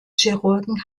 chirurgen